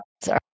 Sorry